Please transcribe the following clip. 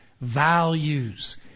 values